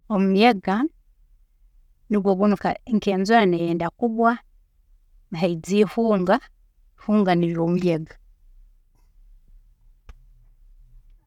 Omuyaga, nigwe bunu nke- nkenjura neyenda kugwa, nihaija ihunga, ihunga nigwe muyaga.